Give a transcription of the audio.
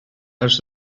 ers